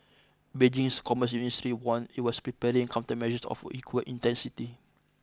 Beijing's commerce ministry warned it was preparing countermeasures of equal intensity